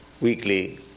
weekly